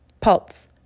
Pulse